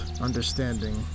understanding